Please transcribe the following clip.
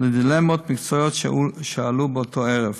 לדילמות מקצועיות שעלו באותו ערב.